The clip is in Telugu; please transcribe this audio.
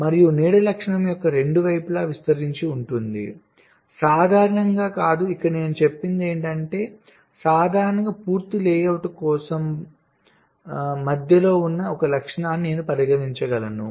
మరియు నీడ లక్షణం యొక్క రెండు వైపులా విస్తరించి ఉంటుంది సాధారణంగా కాదు ఇక్కడే నేను చెప్పేది ఏమిటంటే సాధారణంగా పూర్తి లేఅవుట్ కోసం కాబట్టి మధ్యలో ఉన్న ఒక లక్షణాన్ని నేను పరిగణించగలను